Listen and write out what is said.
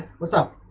was up